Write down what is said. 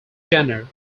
gender